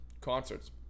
concerts